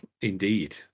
indeed